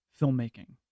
filmmaking